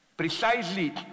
precisely